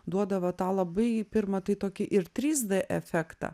duodavo tą labai pirma tai tokį ir trys d efektą